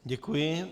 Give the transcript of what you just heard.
Děkuji.